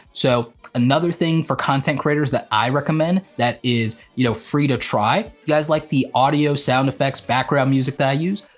so another things for content creators that i recommend, that is, you know, free to try, you guys like the audio sound effects, background music that i use?